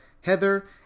Heather